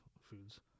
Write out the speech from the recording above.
foods